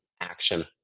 action